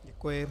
Děkuji.